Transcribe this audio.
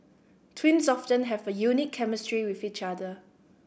twins often have a unique chemistry with each other